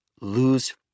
Lose